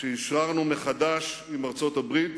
שאשררנו מחדש עם ארצות-הברית